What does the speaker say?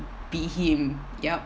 be him yup